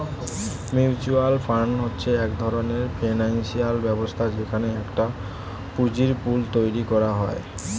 mutual fund হচ্ছে এক ধরণের ফিনান্সিয়াল ব্যবস্থা যেখানে একটা পুঁজির পুল তৈরী করা হয়